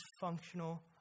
functional